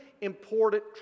important